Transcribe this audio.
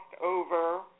over